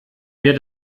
mir